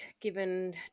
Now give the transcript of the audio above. given